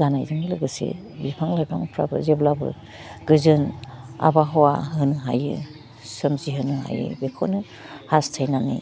जानायजों लोगोसे बिफां लाइफांफ्राबो जेब्लाबो गोजोन आब'हावा होनो हायो सोमजिहोनो हायो बेखौनो हास्थाइनानै